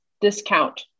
discount